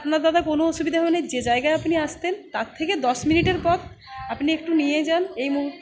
আপনার দাদা কোনো অসুবিধা হবেনা যে জায়গায় আপনি আসতেন তার থেকে দশ মিনিটের পথ আপনি একটু নিয়ে যান এই মু